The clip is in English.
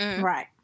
right